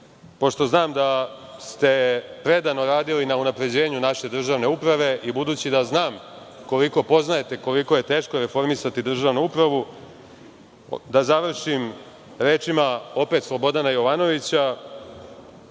pošto znam da ste predano radili na unapređenju naše državne uprave i budući da znam koliko poznajete, koliko je teško reformisati državnu upravu, da završim rečima, opet Slobodana Jovanovića